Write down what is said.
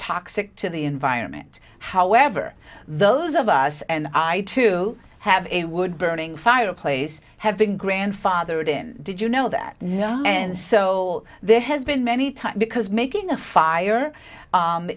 toxic to the environment however those of us and i to have it would burning fireplace have been grandfathered in did you know that no and so there has been many times because making a fire